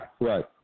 Right